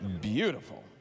Beautiful